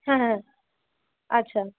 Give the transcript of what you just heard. হ্যাঁ হ্যাঁ আচ্ছা